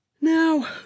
now